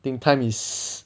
I think time is